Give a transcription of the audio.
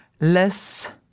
less